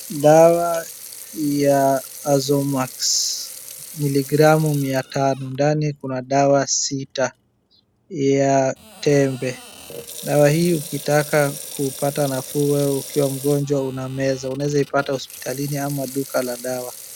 Dawa ya AZOMAX mili gramu mia tano ndani kuna dawa sita ya tembe. Dawa hii ukitaka kupata nafuu wewe ukiwa mgonjwa unameza ,unaweza ipata hospitalini ama duka la dawa.